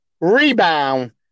rebound